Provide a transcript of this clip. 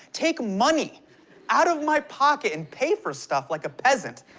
take money out of my pocket and pay for stuff like a peasant.